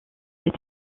des